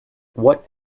what